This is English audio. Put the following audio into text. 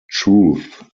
truth